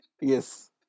yes